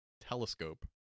telescope